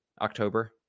October